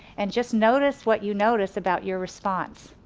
and just notice what you notice about your response.